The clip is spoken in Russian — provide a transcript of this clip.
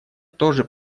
тоже